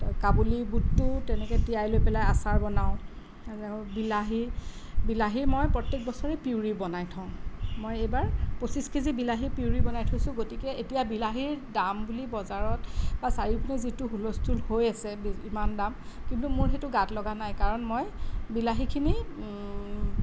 কাবুলি বুটটোও তেনেকে তিয়াই লৈ পেলাই আচাৰ বনাওঁ আকৌ বিলাহী বিলাহীৰ মই প্ৰত্যেক বছৰেই পিউৰি বনাই থওঁ মই এইবাৰ পঁচিছ কেজি বিলাহীৰ পিউৰি বনাই থৈছোঁ গতিকে এতিয়া বিলাহীৰ দাম বুলি বজাৰত বা চাৰিওপিনে যিটো হুলস্থুল হৈ আছে ইমান দাম কিন্তু মোৰ সেইটো গাত লগা নাই কাৰণ মই বিলাহীখিনি